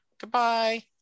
Goodbye